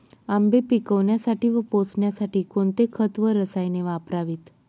आंबे पिकवण्यासाठी व पोसण्यासाठी कोणते खत व रसायने वापरावीत?